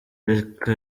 reka